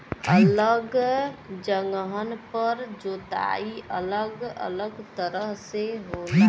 अलग जगहन पर जोताई अलग अलग तरह से होला